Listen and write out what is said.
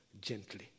gently